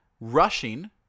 Rushing